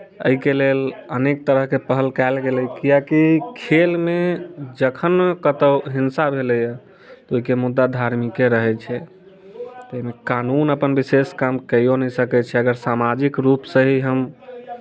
एहिके लेल अनेक तरहके पहल कयल गेलै किआकि खेलमे जखन कतहु हिंसा भेलैए तऽ ओहिके मुद्दा धार्मिके रहैत छै ताहिमे कानून अपन विशेष काम कैओ नहि सकैत छै अगर सामाजिक रूप सँ ही हम